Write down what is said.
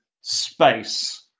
space